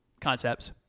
concepts